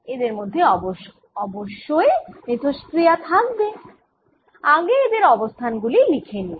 এদের মধ্যে অবশ্যই মিথষ্ক্রিয়া থাকবে আগে এদের অবস্থান গুলি লিখে নিই